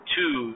two